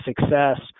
success